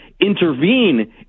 intervene